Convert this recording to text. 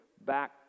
back